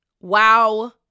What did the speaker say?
wow